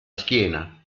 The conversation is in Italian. schiena